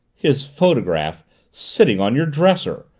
his photograph sitting on your dresser!